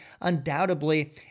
Undoubtedly